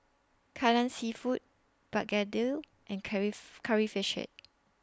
Kai Lan Seafood Begedil and Curry Fish Head